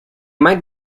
might